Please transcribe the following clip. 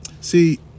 See